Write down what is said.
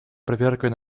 проверкой